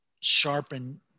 sharpen